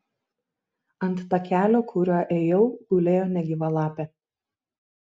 ant takelio kuriuo ėjau gulėjo negyva lapė